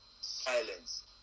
silence